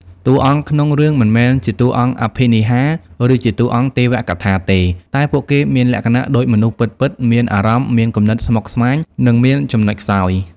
តួអង្គក្នុងរឿងមិនមែនជាតួអង្គអភិនិហា ឬជាតួអង្គទេវកថាទេ តែពួកគេមានលក្ខណៈដូចមនុស្សពិតៗ មានអារម្មណ៍ មានគំនិតស្មុគស្មាញ និងមានចំណុចខ្សោយ។